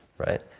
right?